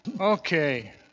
Okay